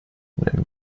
wenn